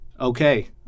Okay